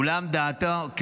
אולם דעתו,